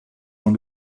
dans